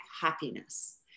happiness